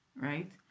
right